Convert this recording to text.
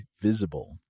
Visible